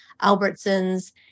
Albertsons